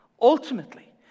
Ultimately